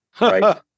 Right